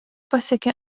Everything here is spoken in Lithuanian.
pasiekė